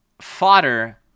fodder